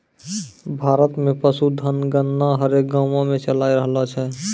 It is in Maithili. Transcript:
भारत मे पशुधन गणना हरेक गाँवो मे चालाय रहलो छै